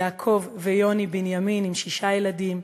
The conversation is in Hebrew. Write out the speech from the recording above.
יעקב ויוני בנימין עם שישה ילדים,